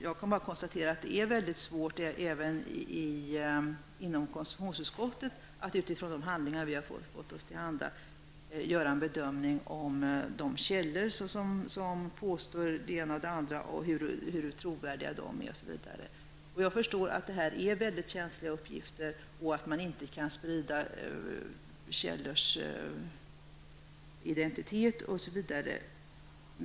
Jag kan bara konstatera att det är mycket svårt även för oss i konstitutionsutskottet att utifrån de handlingar som vi har fått göra en bedömning av de källor som påstår det ena och det andra och hur trovärdiga de är, osv. Jag förstår att detta är mycket känsliga uppgifter och att man inte kan sprida källors identitet, osv.